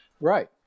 Right